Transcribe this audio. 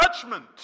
judgment